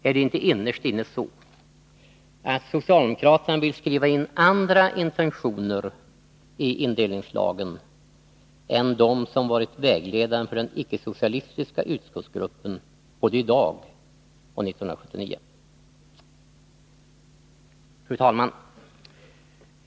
Är det inte innerst inne så, att socialdemokraterna vill skriva in andra intentioner i indelningslagen än de som varit vägledande för den icke-socialistiska utskottsgruppen både i dag och 1979? Fru talman!